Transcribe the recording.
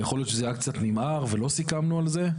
יכול להיות שזה היה קצת נמהר ולא סיכמנו על זה.